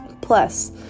Plus